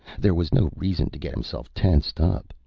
there was no reason to get himself tensed up.